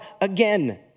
again